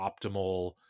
optimal